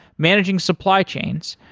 managing supply chains,